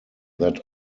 that